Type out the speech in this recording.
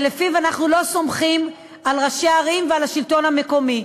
ואשר לפיו אנו לא סומכים על ראשי ערים ועל השלטון המקומי,